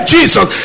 Jesus